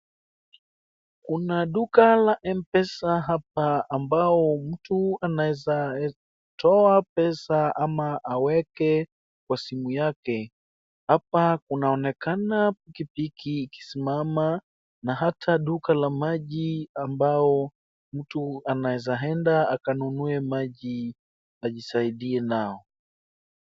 Kuna duka la Mpesa hapa ambao mtu anaweza kutoa pesa ama aweke kwa simu yake. Hapa kunaonekana pikipiki ikisimama na hata duka la maji ambao mtu anaweza enda akanunue maji ajisaidie nao.